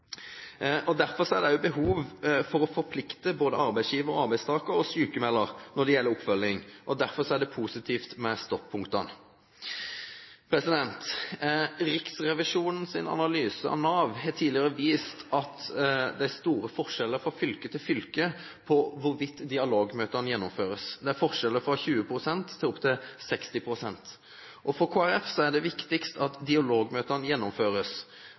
Derfor er det også behov for å forplikte både arbeidsgiver, arbeidstaker og sykmelder når det gjelder oppfølging. Derfor er det positivt med stoppunktene. Riksrevisjonens analyse av Nav har tidligere vist at det er store forskjeller fra fylke til fylke – fra 20 pst. til 60 pst. – når det gjelder hvorvidt dialogmøter gjennomføres. For Kristelig Folkeparti er det viktigst at dialogmøtene gjennomføres.